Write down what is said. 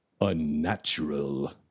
unnatural